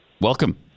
Welcome